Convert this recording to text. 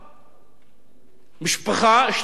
משפחה שלמה נספתה כתוצאה מזה.